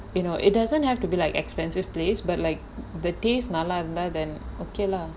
you know it doesn't have to be like expensive place but like the taste நல்லா இருந்தா:nallaa irunthaa okay lah